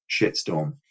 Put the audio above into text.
shitstorm